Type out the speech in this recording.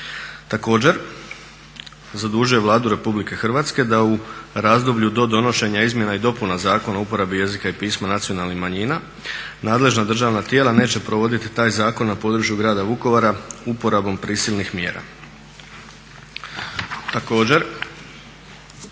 Također zadužuje Vladu RH da u razdoblju do donošenja izmjena i dopuna Zakona o uporabi jezika i pisma nacionalnih manjina nadležna državna tijela neće provoditi taj zakon na području grada Vukovara uporabom prisilnih mjera. Također